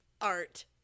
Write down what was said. Art